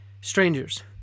strangers